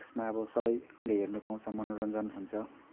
यसमा अब सबैले हेर्नु पाउँछ मनोरञ्जन हुन्छ